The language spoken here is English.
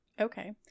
okay